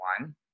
one